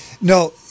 No